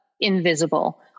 invisible